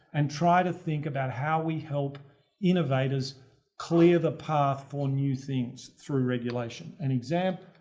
and try to think about how we help innovators clear the path for new things through regulation. an example,